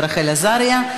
רחל עזריה.